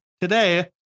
today